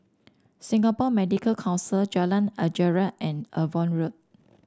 Singapore Medical Council Jalan Anggerek and Avon Road